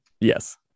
Yes